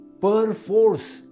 Perforce